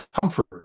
comfort